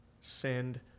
send